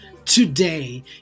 Today